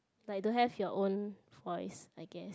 like don't have your own voice I guess